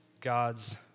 God's